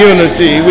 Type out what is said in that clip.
Unity